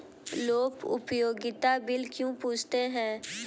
लोग उपयोगिता बिल क्यों पूछते हैं?